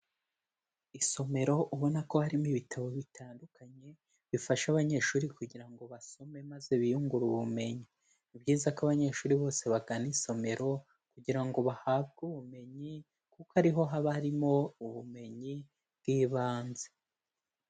Isomero ubona ko harimo ibitabo bitandukanye bifasha abanyeshuri kugira ngo basome maze biyungure ubumenyi. Ni byiza ko abanyeshuri bose bagana isomero kugira ngo bahabwe ubumenyi, kuko ariho haba harimo ubumenyi bw'ibanze.